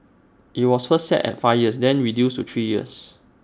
IT was first set at five years then reduced to three years